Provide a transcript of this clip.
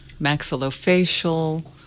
Maxillofacial